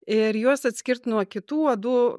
ir juos atskirt nuo kitų uodų